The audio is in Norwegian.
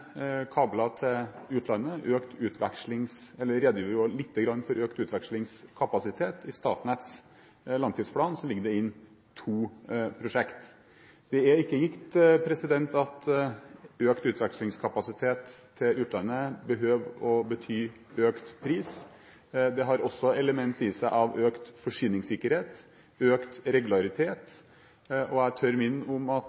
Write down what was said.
kabler til utlandet, det redegjøres litt for økt utvekslingskapasitet. I Statnetts langtidsplan ligger det inne to prosjekt. Det er ikke gitt at økt utvekslingskapasitet til utlandet behøver å bety økt pris, det har også element i seg av økt forsyningssikkerhet, økt regularitet, og jeg tør minne om at